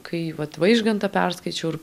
kai vat vaižgantą perskaičiau ir